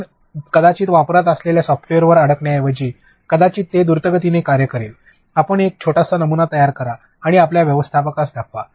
आपण कदाचित वापरत असलेल्या एका सॉफ्टवेअरवर अडकण्या ऐवजी कदाचित हे द्रुतगतीने कार्य करेल आपण एक छोटासा नमुना तयार करा आणि आपल्या व्यवस्थापकास दाखवा